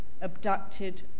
abducted